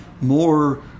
more